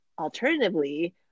alternatively